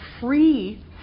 free